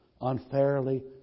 unfairly